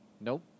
Nope